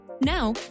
now